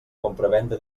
compravenda